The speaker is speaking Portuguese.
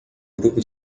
grupo